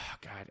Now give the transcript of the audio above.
God